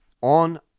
on